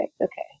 Okay